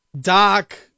Doc